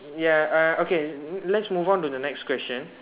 ya err okay let's move on to the next question